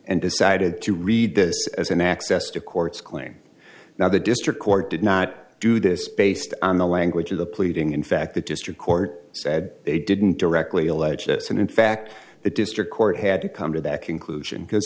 and decided to read this as an access to courts claim now the district court did not do this based on the language of the pleading in fact the district court said they didn't directly allege this and in fact the district court had to come to that conclusion because